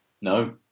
No